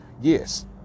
yes